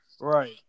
Right